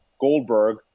Goldberg